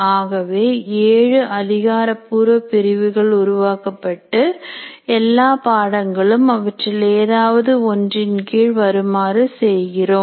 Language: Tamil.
ஆகவே 7 அதிகாரபூர்வ பிரிவுகள் உருவாக்கப்பட்டு எல்லா பாடங்களும் அவற்றில் ஏதாவது ஒன்றின் கீழ் வருமாறு செய்கிறோம்